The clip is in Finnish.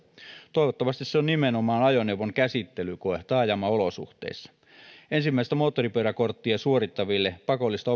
toivottavasti se on nimenomaan ajoneuvon käsittelykoe taajamaolosuhteissa ensimmäistä moottoripyöräkorttia suorittaville pakollista